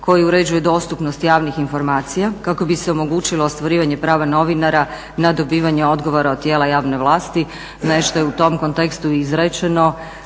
koji uređuje dostupnost javnih informacija kako bi se omogućilo ostvarivanje prava novinara na dobivanje odgovora od tijela javne vlasti. Nešto je u tom kontekstu i izrečeno,